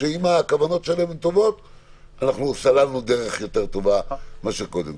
ואם הכוונות שלהם טובות סללנו דרך יותר טובה מאשר קודם.